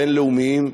בין-לאומיים,